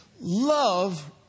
Love